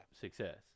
success